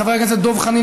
חבר הכנסת דב חנין,